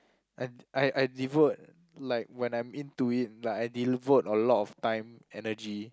I I I devote like when I'm into it like I devote a lot of time energy